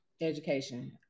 education